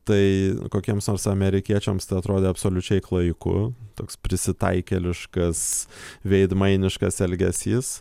tai kokiems nors amerikiečiams tai atrodė absoliučiai klaiku toks prisitaikėliškas veidmainiškas elgesys